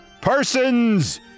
persons